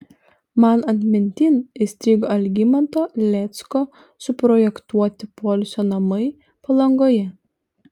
man atmintin įstrigo algimanto lėcko suprojektuoti poilsio namai palangoje